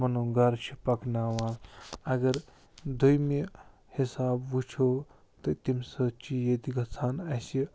پنُن گَرٕ چھِ پکناوان اگر دوٚیمہِ حِساب وُچھُو تہٕ تَمہِ سۭتۍ چھِ ییٚتہِ گَژھان اَسہِ